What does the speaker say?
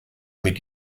mit